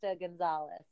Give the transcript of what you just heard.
Gonzalez